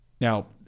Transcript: Now